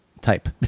type